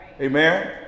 Amen